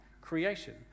creation